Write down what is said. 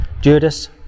Judas